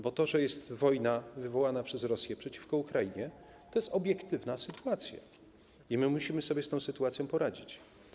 Bo to, że jest wojna wywołana przez Rosję przeciwko Ukrainie, to jest obiektywna sytuacja i my musimy sobie z tą sytuacją poradzić.